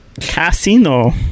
casino